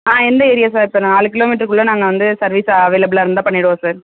ஆ எந்த area sir இப்போ நாலு கிலோ மீட்டர் குள்ளே நாங்கள் வந்து சர்வீஸ் அவைலபுள்ளாக இருந்தால் பண்ணிவிடுவோம் சார்